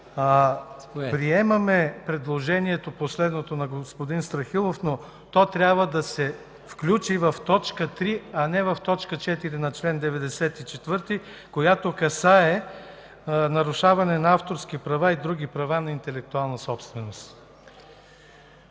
Приемаме последното предложение на господин Страхил Ангелов, но то трябва да се включи в т. 3, а не в т. 4 на чл. 94, която касае нарушаване на авторски права и на други права на интелектуална собственост.